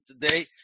Today